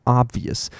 obvious